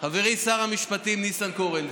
חברי שר המשפטים ניסנקורן,